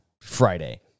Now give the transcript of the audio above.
Friday